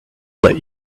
let